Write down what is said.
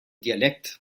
dialekt